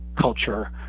culture